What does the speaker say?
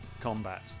combat